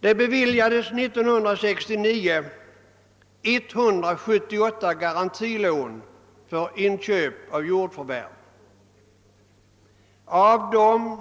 år 1969 beviljades 178 garantilån för jordförvärv. Av dessa